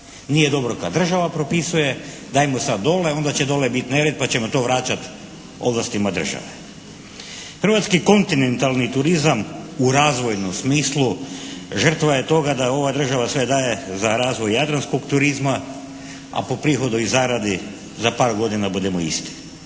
Nije dobro kad država propisuje, dajmo sad dole, onda će dole bit nered, pa ćemo onda vraćat ovlastima države. Hrvatski kontinentalni turizam u razvojnom smislu žrtva je toga da ova država sve daje za razvoj jadranskog turizma, a po prihodu i zaradi za par godina budemo isti.